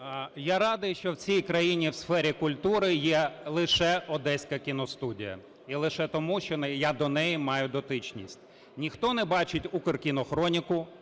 Я радий, що в цій країні у сфері культури є лише Одеська кіностудія, і лише тому, що я до неї маю дотичність. Ніхто не бачить "Укркінохроніку"